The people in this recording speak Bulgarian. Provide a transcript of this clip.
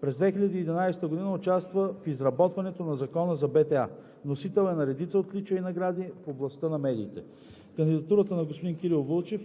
През 2011 г. участва в изработването на Закона за Българската телеграфна агенция. Носител е на редица отличия и награди в областта на медиите. Кандидатурата на господин Кирил Вълчев